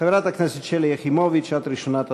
חברת הכנסת שלי יחימוביץ, את ראשונת הדוברים.